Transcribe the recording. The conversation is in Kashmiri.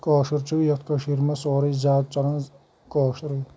کٲشُر چھُ یَتھ کٔشیٖرِ منٛز سورُے زیادٕ چلان کٲشُرٕے